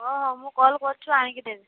ହଁ ହଁ ମୁଁ କଲ୍ କରିଛୁ ଆଣିକି ଦେବେ